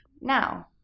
now